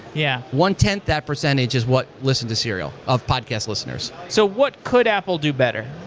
yeah one-tenth that percentage is what listened to serial of podcast listeners. so what could apple do better?